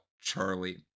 Charlie